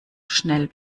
schnell